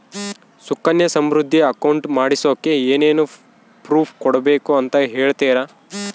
Sukanya Samriddhi account ಮಾಡಿಸೋಕೆ ಏನೇನು proof ಕೊಡಬೇಕು ಅಂತ ಹೇಳ್ತೇರಾ?